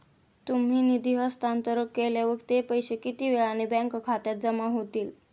तुम्ही निधी हस्तांतरण केल्यावर ते पैसे किती वेळाने बँक खात्यात जमा होतील?